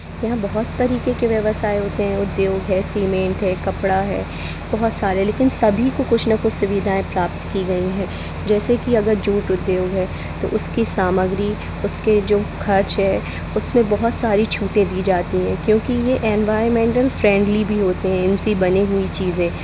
यह बहुत तरीके के व्यवसाय होते हैं उद्योग है सीमेंट है कपड़ा है बहुत सारे लेकिन सभी को कुछ न कुछ सुविधाएँ प्राप्त की गईं हैं जैसे कि अगर जूट उद्योग है तो उसकी सामग्री उसके जो खर्च है उसमें बहुत सारी छूटें दी जाती हैं क्योंकि ये एनवायरमेंटल फ़्रेंडली भी होते हैं इनसे बनी हुई चीज़ें